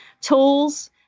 tools